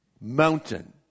mountain